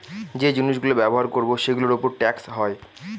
যে জিনিস গুলো ব্যবহার করবো সেগুলোর উপর ট্যাক্স হয়